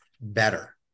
better